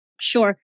Sure